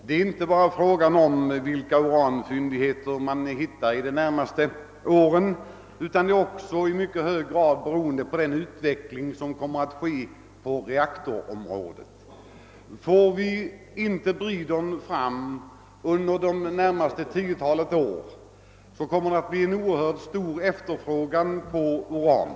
Det är inte bara fråga om vilka uranfyndigheter man på annat håll hittar under de närmaste åren utan det gäller även vilken utveckling som kommer att ske på reaktorområdet. Om vi inte får fram en breeder-reaktor under de närmast kommande tio åren blir det en oerhört stor efterfrågan på uran.